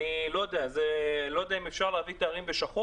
אני לא יודע אם אפשר להביא תיירים בשחור